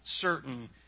certain